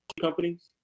companies